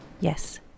Yes